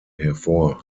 hervor